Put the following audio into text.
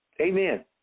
Amen